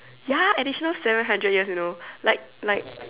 ya additional seven hundred years you know like like